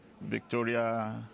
Victoria